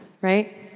right